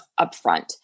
upfront